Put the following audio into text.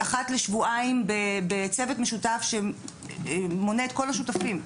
אחת לשבועיים בצוות משותף שמונה את כל השותפים,